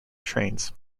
trains